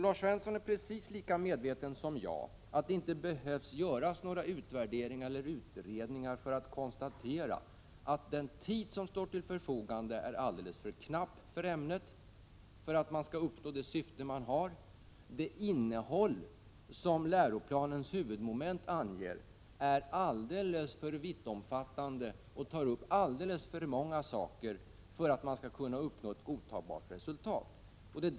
Lars Svensson är precis lika medveten som jag om att det inte behövs några utvärderingar eller utredningar för att konstatera att den tid som står till förfogande är alldeles för knapp för att man skall kunna uppnå sina syften. Läroplanens huvudmoment är alldeles för vittomfattande. Där tas upp alldeles för många saker för att man skall kunna nå ett godtagbart resultat.